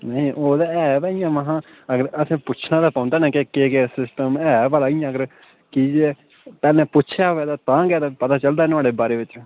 नेईं ओह् ते ऐ बा इयां महां अगर असें पुच्छना ते पौंदा ना केह् केह् सिस्टम ऐ भला इयां अगर कि जे पैह्ले पुच्छेआ होवे अगर ता गै पता चालदा नि नोआड़े बारै बिच्च